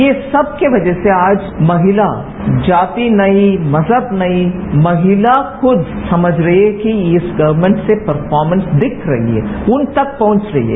ये सब की वजह से आज महिला जाति नहीं मजहब नहीं महिला को समझने के इस गवरनमेंट से परफॉमर्स दिख रही है उन तक पहुंच रही है